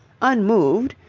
unmoved,